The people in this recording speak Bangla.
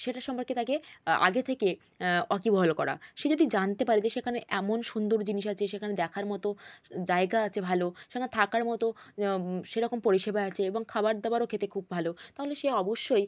সেটার সম্পর্কে তাকে আগে থেকে ওয়াকিবহাল করা সে যদি জানতে পারে যে সেখানে এমন সুন্দর জিনিস আছে সেখানে দেখার মতো জায়গা আছে ভালো সেখানে থাকার মতো সেরকম পরিষেবা আছে এবং খাবার দাবারও খেতে খুব ভালো তাহলে সে অবশ্যই